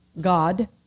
God